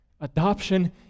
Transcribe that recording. Adoption